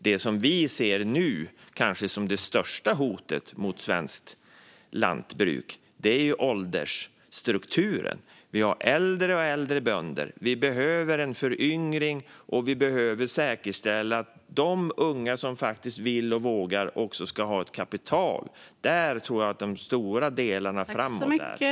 Det som vi nu ser som det kanske största hotet mot svenskt lantbruk är åldersstrukturen. Vi har äldre och äldre bönder. Vi behöver en föryngring, och vi behöver säkerställa att de unga som faktiskt vill och vågar också har ett kapital. Det tror jag är de stora delarna framåt.